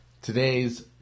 Today's